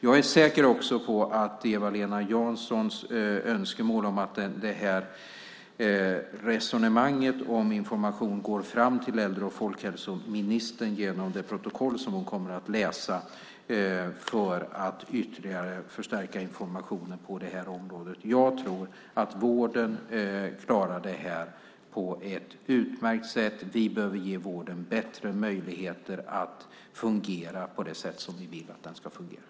Jag är också säker på att Eva-Lena Janssons önskemål om att ytterligare förstärka informationen på det här området och resonemanget om detta går fram till äldre och folkhälsoministern genom det protokoll som hon kommer att läsa. Jag tror att vården klarar det här på ett utmärkt sätt. Vi behöver ge vården bättre möjligheter att fungera på det sätt som vi vill att den ska fungera.